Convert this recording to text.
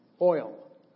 oil